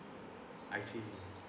I see